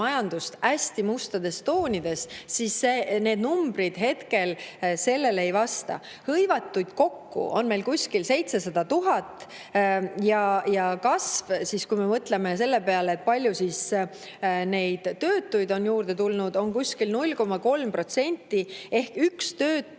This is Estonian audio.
majandust hästi mustades toonides, siis need numbrid sellele ei vasta. Hõivatuid on meil kokku umbes 700 000 ja kasv, kui me mõtleme selle peale, kui palju on töötuid juurde tulnud, on kuskil 0,3%, ehk üks töötu